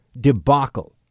debacle